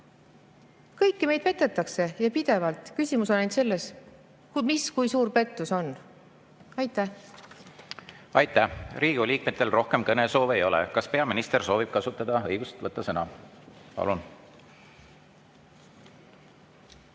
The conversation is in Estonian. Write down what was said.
Kõiki meid petetakse ja pidevalt, küsimus on ainult selles, kui suur see pettus on. Aitäh! Aitäh! Riigikogu liikmetel rohkem kõnesoove ei ole. Kas peaminister soovib kasutada õigust võtta sõna? Palun!